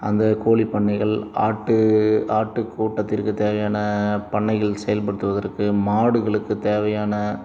அந்த கோழி பண்ணைகள் ஆட்டு ஆட்டு கூட்டத்திற்கு தேவையான பண்ணைகள் செயல்படுத்துவதற்கு மாடுகளுக்கு தேவையான